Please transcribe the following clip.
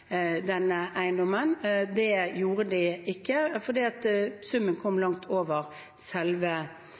eiendommen. Det gjorde de ikke fordi summen kom langt over selve